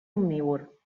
omnívor